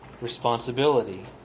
responsibility